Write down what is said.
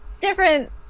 different